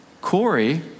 Corey